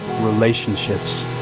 relationships